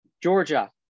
Georgia